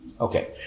Okay